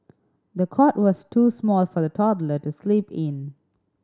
the cot was too small for the toddler to sleep in